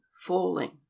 falling